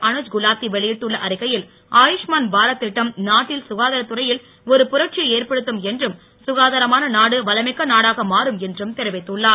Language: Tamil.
அனுத் குலாத்தி வெளியிட்டுள்ள அறிக்கையில் ஆயூஷ்மன் பாரத் திட்டம் நாட்டில் சுகாதாரத்துறையில் ஒரு புரட்சியை ஏற்படுத்தும் என்றும் சுகாதாரமான நாடு வளமிக்க நாடாக மாறும் என்றும் தெரிவித்துள்ளார்